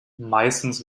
meistens